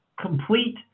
complete